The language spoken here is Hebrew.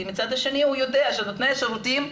ומהצד השני הוא יודע שנותני השירותים,